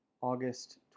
August